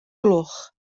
gloch